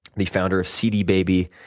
the founder of cd baby,